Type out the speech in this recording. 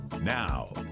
Now